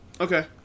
Okay